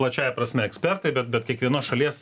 plačiąja prasme ekspertai bet bet kiekvienos šalies